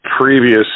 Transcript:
previous